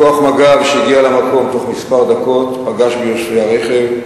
כוח מג"ב שהגיע למקום בתוך כמה דקות פגש ביושבי הרכב,